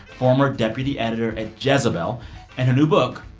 former deputy editor at jezebel. and her new book,